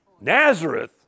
Nazareth